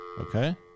Okay